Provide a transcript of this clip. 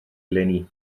eleni